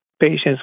patients